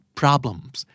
problems